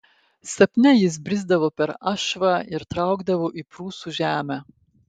sapne jis brisdavo per ašvą ir traukdavo į prūsų žemę